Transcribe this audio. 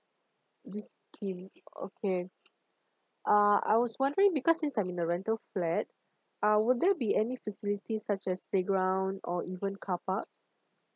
risky okay uh I was wondering because since I'm in a rental flat uh would there be any facilities such as playground or even carpark